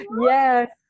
yes